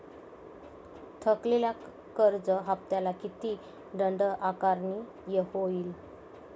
थकलेल्या कर्ज हफ्त्याला किती दंड आकारणी होईल?